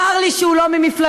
צר לי שהוא לא ממפלגתי.